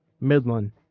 Midland